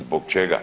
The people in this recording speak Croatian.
Zbog čega?